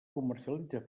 comercialitza